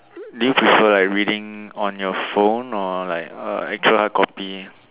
do you prefer like reading on your phone or like eh actual have copy